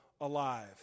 alive